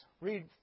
Read